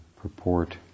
purport